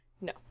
no